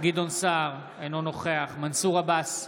גדעון סער, אינו נוכח מנסור עבאס,